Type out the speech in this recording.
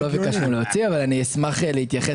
אנחנו לא ביקשנו להוציא, אבל אני אשמח להתייחס.